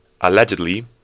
allegedly